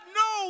no